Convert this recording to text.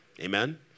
Amen